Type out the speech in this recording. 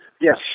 Yes